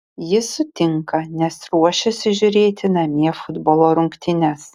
jis sutinka nes ruošiasi žiūrėti namie futbolo rungtynes